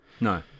no